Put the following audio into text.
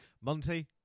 Monty